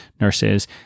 nurses